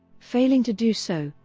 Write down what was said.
failing to do so,